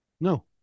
No